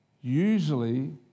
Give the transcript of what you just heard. usually